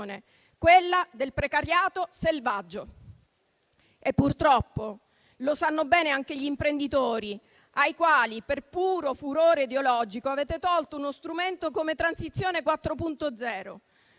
quella del precariato selvaggio. Purtroppo lo sanno bene anche gli imprenditori, ai quali, per puro furore ideologico, avete tolto uno strumento come Transizione 4.0,